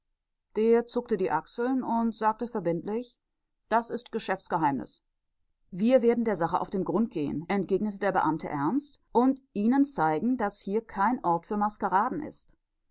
der zuckte die achseln und sagte verbindlich das ist geschäftsgeheimnis wir werden der sache auf den grund gehen entgegnete der beamte ernst und ihnen zeigen daß hier kein ort für maskeraden ist